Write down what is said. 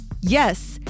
Yes